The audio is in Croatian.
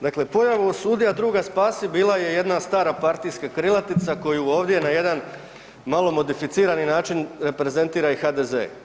Dakle, pojavu osudi, a druga spasi bila je jedna stara partijska krilatica koju ovdje na jedan malo modificirani način prezentira i HDZ.